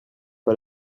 pas